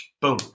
Boom